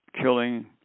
killing